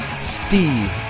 Steve